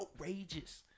outrageous